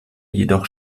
jedoch